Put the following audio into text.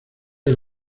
del